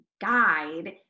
guide